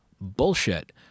Bullshit